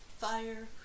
Fire